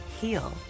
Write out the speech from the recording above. heal